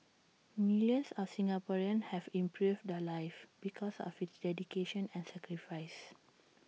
millions of Singaporeans have improved their lives because of his dedication and sacrifice